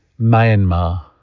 Myanmar